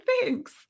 thanks